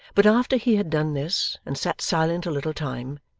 but after he had done this, and sat silent a little time,